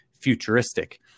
futuristic